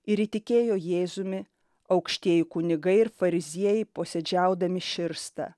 ir įtikėjo jėzumi aukštieji kunigai ir fariziejai posėdžiaudami širsta